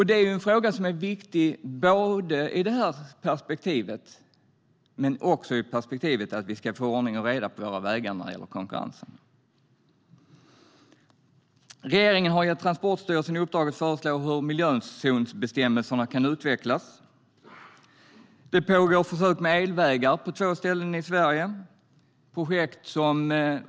Den här frågan är viktig både i det här perspektivet men också i perspektivet att vi ska få ordning och reda på våra vägar när det gäller konkurrensen. Regeringen har gett Transportstyrelsen i uppdrag att föreslå hur miljözonsbestämmelserna kan utvecklas. Det pågår försök med elvägar på två ställen i Sverige.